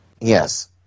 Yes